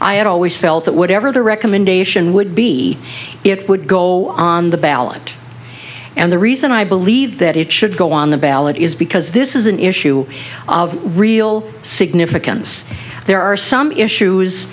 i had always felt that whatever the recommendation would be it would go on the ballot and the reason i believe that it should go on the ballot is because this is an issue of real significance there are some issues